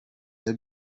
the